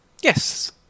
Yes